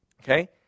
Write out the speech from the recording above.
okay